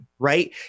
Right